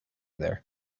there